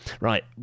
right